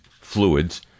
fluids